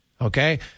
Okay